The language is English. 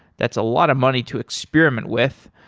that's a lot of money to experiment with.